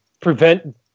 Prevent